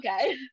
Okay